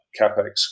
capex